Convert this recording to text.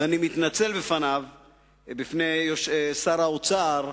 ואני מתנצל בפני שר האוצר,